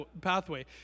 pathway